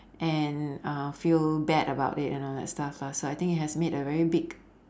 and uh feel bad about it and all that stuff lah so I think it has made a very big